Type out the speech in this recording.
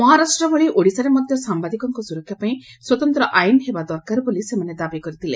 ମହାରାଷ୍ଟ ଭଳି ଓଡ଼ିଶାରେ ମଧ୍ୟ ସାମ୍ଘାଦିକଙ୍କ ସ୍ବରକ୍ଷା ପାଇଁ ସ୍ୱତନ୍ତ ଆଇନ ହେବା ଦରକାର ବୋଲି ସେମାନେ ଦାବି କରିଥିଲେ